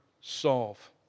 solve